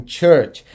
church